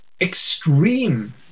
extreme